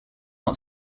not